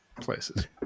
places